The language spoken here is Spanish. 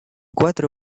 cuatro